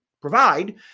provide